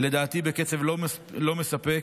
לדעתי בקצב לא מספק,